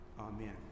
Amen